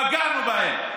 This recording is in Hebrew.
פגענו בהם?